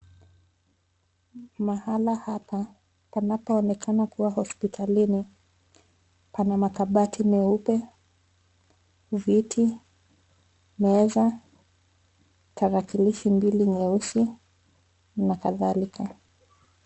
Mahali hapa panapoonekana kuwa hospitali pana makabati meupe, viti ,meza, tarakilishi mbili nyeusi na kadhalika.